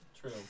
True